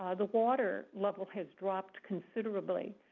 ah the water level has dropped considerably.